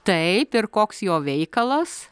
taip ir koks jo veikalas